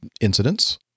incidents